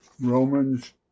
Romans